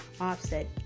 Offset